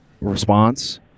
response